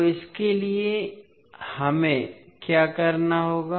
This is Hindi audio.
तो इसके लिए हमें क्या करना होगा